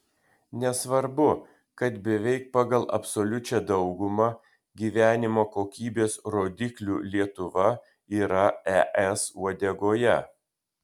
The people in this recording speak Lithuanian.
nesvarbu kad beveik pagal absoliučią daugumą gyvenimo kokybės rodiklių lietuva yra es uodegoje